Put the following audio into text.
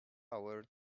hour